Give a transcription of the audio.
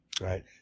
Right